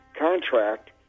contract